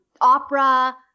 opera